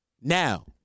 Now